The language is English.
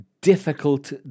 difficult